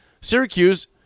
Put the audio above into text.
Syracuse